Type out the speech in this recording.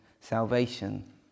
salvation